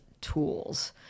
tools